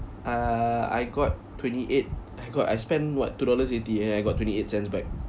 uh I got twenty eight I got I spend what two dollars eighty and I got twenty eight cents back